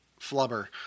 Flubber